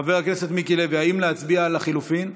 חבר הכנסת מיקי לוי, האם להצביע על לחלופין?